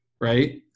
right